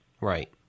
Right